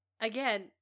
again